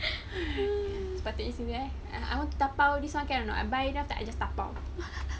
sepatutnya macam tu eh and I want to dabao this [one] can or not I buy not enough then I just dabao